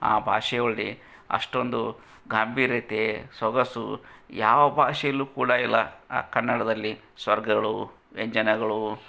ಆ ಭಾಷೆಯಲ್ಲಿ ಅಷ್ಟೊಂದು ಗಾಂಭೀರ್ಯತೆ ಸೊಗಸು ಯಾವ ಭಾಷೆಯಲ್ಲೂ ಕೂಡ ಇಲ್ಲ ಆ ಕನ್ನಡದಲ್ಲಿ ಸ್ವರಗಳು ವ್ಯಂಜನಗಳು